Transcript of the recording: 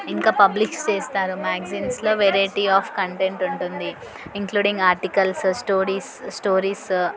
ఇంకా పబ్లిక్ చేస్తారు మ్యాగజైన్సులో వెరైటీ ఆఫ్ కంటెంట్ ఉంటుంది ఇంక్లూడింగ్ ఆర్టికల్స్ స్టోరీస్ స్టోరీస్